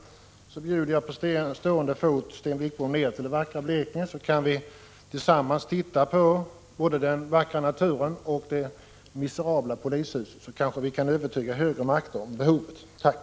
Projekteringsarbetet är nu slutfört, och jag vill med anledning av detta fråga justitieministern följande: Kommer förvaltningsbyggnaden för polis och allmänt häkte i Malmö att kunna byggas under nästa budgetår?